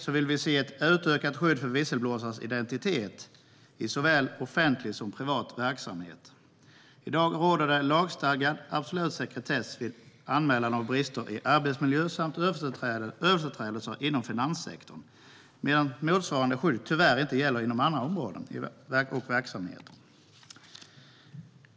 Vi vill se ett utökat skydd för visselblåsarens identitet i såväl offentlig som privat verksamhet. I dag råder det lagstadgad absolut sekretess vid anmälan om brister i arbetsmiljö eller om överträdelser inom finanssektorn medan motsvarande skydd tyvärr inte gäller inom andra områden och verksamheter.